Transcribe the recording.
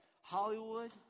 Hollywood